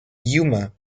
yuma